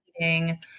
eating